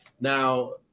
Now